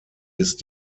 ist